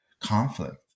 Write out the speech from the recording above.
conflict